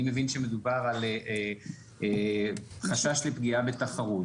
אני מבין שמדובר על חשש לפגיעה בתחרות,